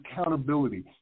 accountability